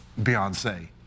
Beyonce